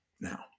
Now